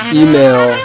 email